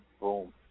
Boom